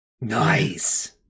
Nice